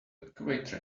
equator